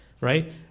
right